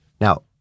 Now